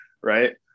right